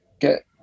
get